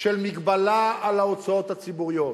של מגבלה על ההוצאות הציבוריות.